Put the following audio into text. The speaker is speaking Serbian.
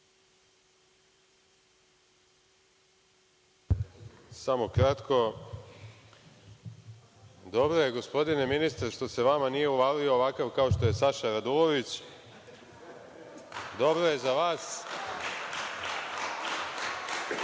Samo kratko. Dobro je, gospodine ministre, što se vama nije uvalio ovakav kao što je Saša Radulović. Dobro je za vas.